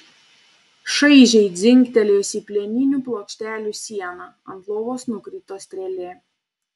šaižiai dzingtelėjusi į plieninių plokštelių sieną ant lovos nukrito strėlė